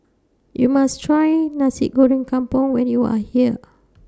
YOU must Try Nasi Goreng Kampung when YOU Are here